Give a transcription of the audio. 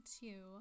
two